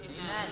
Amen